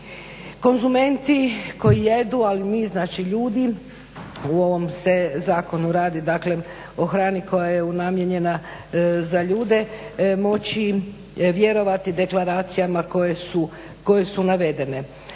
konzumenti koji jedu ali i mi znači ljudi, u ovom zakonu se radi o hrani koja je namijenjena za ljude, moći vjerovati deklaracijama koje su navedene.